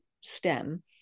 stem